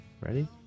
Ready